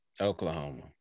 oklahoma